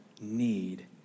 need